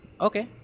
Okay